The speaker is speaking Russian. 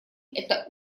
это